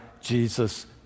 Jesus